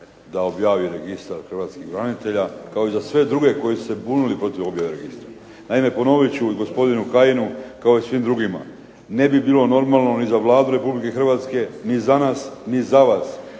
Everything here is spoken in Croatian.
da objavi Registar hrvatskih branitelja kao i za sve druge koji su se bunili protiv objave registra. Naime, ponovit ću gospodinu Kajinu kao i svim drugima. "Ne bi bilo normalno ni za Vlada Republike Hrvatske ni za nas ni za vas,